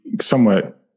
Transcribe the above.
somewhat